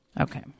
Okay